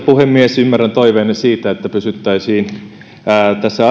puhemies ymmärrän toiveenne siitä että pysyttäisiin tässä